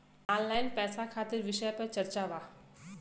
Online पैसा खातिर विषय पर चर्चा वा?